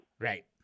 Right